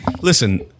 Listen